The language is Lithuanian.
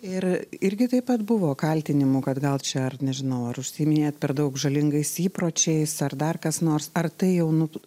ir irgi taip pat buvo kaltinimų kad gal čia ar nežinau ar užsiiminėjat per daug žalingais įpročiais ar dar kas nors ar tai jau nu